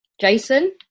Jason